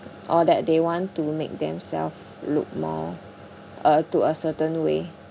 or that they want to make themselves look more uh to a certain way